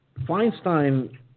Feinstein